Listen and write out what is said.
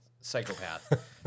psychopath